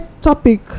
topic